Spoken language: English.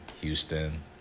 Houston